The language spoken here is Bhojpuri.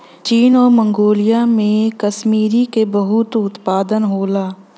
चीन आउर मन्गोलिया में कसमीरी क बहुत उत्पादन होला